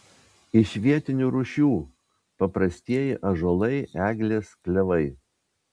iš vietinių rūšių paprastieji ąžuolai eglės klevai